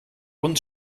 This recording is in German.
und